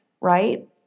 right